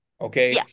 Okay